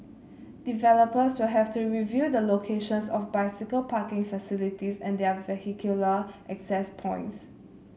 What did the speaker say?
developers will have to review the locations of bicycle parking facilities and their vehicular access points